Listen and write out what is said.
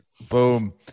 Boom